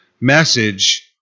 message